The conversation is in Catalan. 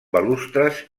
balustres